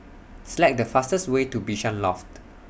Select The fastest Way to Bishan Loft